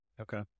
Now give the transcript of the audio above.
okay